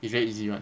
it's very easy [one]